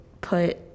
put